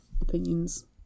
opinions